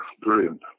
brilliant